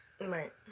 Right